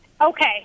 Okay